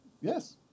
Yes